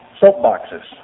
soapboxes